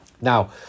now